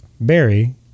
Barry